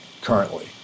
currently